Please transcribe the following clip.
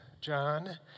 John